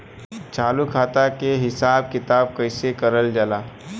चालू खाता के हिसाब किताब कइसे कइल जाला?